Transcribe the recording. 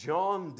John